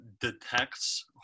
detects